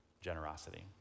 generosity